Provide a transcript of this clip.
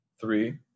three